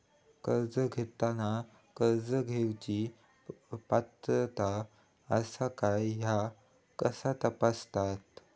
कर्ज घेताना कर्ज घेवची पात्रता आसा काय ह्या कसा तपासतात?